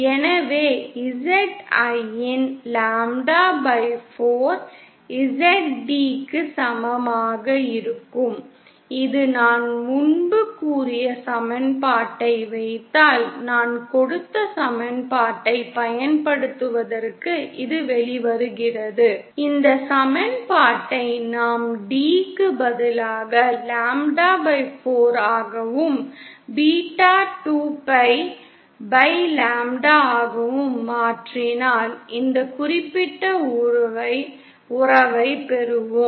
எனவே Zin lambda 4 Zd க்கு சமமாக இருக்கும் இது நான் முன்பு கூறிய சமன்பாட்டை வைத்தால் நான் கொடுத்த சமன்பாட்டைப் பயன்படுத்துவதற்கு இது வெளிவருகிறது இந்த சமன்பாட்டை நாம் d க்கு பதிலாக லாம்ப்டா 4 ஆகவும் பீட்டாவை 2pi லாம்ப்டா ஆகவும் மாற்றினால் இந்த குறிப்பிட்ட உறவைப் பெறுவோம்